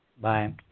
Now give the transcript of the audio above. Bye